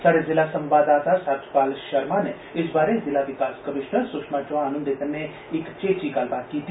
स्हाड़े जिला संवाददाता सतपाल षर्मो नै इस बारै जिला विकास कमीषनर सुशमा चौहान हुंदे कन्नै इक र्चेची गल्लबात कीती